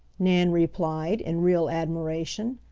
nan replied, in real admiration.